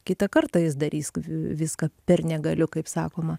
kitą kartą jis darys viską per negaliu kaip sakoma